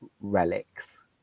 relics